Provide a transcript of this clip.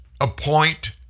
appoint